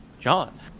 John